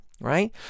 Right